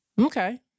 Okay